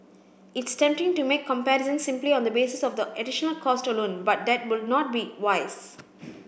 it's tempting to make comparisons simply on the basis of the additional cost alone but that would not be wise